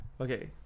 Okay